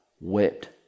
wept